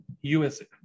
USA